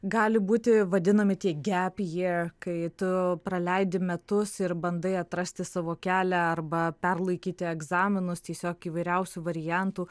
gali būti vadinami tie gepjier kai tu praleidi metus ir bandai atrasti savo kelią arba perlaikyti egzaminus tiesiog įvairiausių variantų